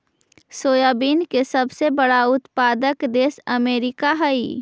soybean के सबसे बड़ा उत्पादक देश अमेरिका हइ